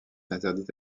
interdite